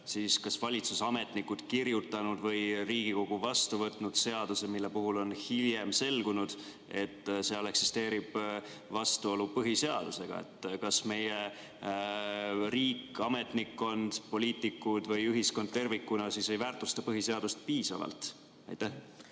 on kas valitsusametnikud kirjutanud või Riigikogu vastu võtnud seaduse, mille puhul on hiljem selgunud, et seal eksisteerib vastuolu põhiseadusega. Kas meie riik, ametnikkond, poliitikud või ühiskond tervikuna ei väärtusta siis põhiseadust piisavalt? Aitäh,